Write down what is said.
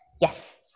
Yes